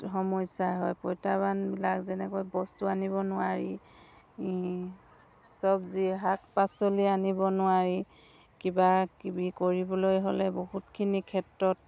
সমস্যা হয় প্ৰত্যাহ্বানবিলাক যেনেকৈ বস্তু আনিব নোৱাৰি চব্জি শাক পাচলি আনিব নোৱাৰি কিবাকিবি কৰিবলৈ হ'লে বহুতখিনি ক্ষেত্ৰত